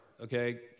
Okay